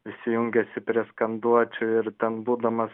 visi jungiasi prie skanduočių ir ten būdamas